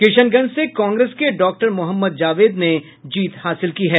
किशनगंज से कांग्रेस के डॉक्टर मोहम्मद जावेद ने जीत हासिल की है